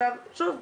עכשיו שוב,